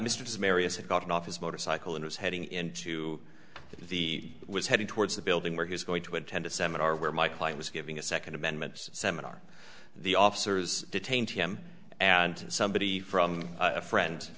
mistress marius had gotten off his motorcycle and was heading into if he was heading towards the building where he was going to attend a seminar where my client was giving a second amendment seminar the officers detained him and somebody from a friend